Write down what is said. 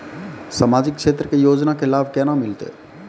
समाजिक क्षेत्र के योजना के लाभ केना मिलतै?